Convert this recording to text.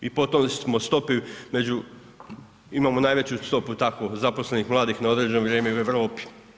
I po toj smo stopi među, imamo najveću stopu takvih zaposlenih mladih na određeno vrijeme u Europi.